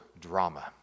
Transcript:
drama